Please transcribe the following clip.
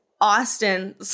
Austin